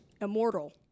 Immortal